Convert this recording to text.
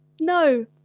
no